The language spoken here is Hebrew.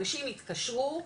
אנשים התקשרו,